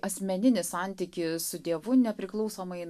asmeninį santykį su dievu nepriklausomai